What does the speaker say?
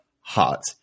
hot